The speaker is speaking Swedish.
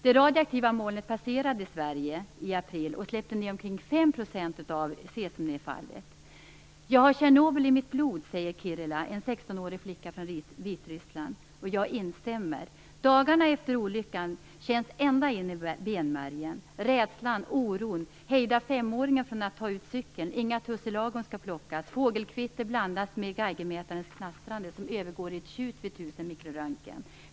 Sverige i april 1986 och släppte ned omkring 5 % av det totala cesiumnedfallet hos oss. Jag har Tjernobyl i mitt blod, säger Kiryla, en 16 årig flicka från Vitryssland. Jag instämmer. Dagarna efter olyckan känns ända in i benmärgen. Jag minns rädslan och oron. Jag minns att jag hejdade 5-åringen från att ta ut cykeln. Inga tussilagor fick plockas. Fågelkvitter blandades med geigermätarens knastrande som övergick i ett tjut vid 1 000 mikroröntgen.